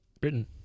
Britain